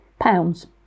pounds